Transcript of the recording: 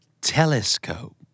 telescope